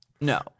no